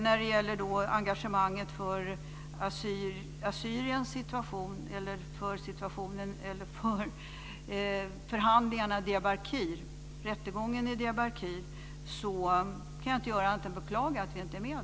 När det gäller engagemanget för assyrier/syrianer och rättegången i Diyarbakir kan jag bara beklaga att vi inte är med.